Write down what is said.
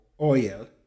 oil